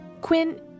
Quinn